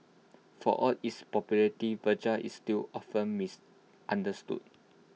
for all its popularity Viagra is still often misunderstood